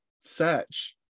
search